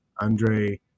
Andre